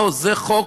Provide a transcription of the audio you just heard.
לא, זה חוק,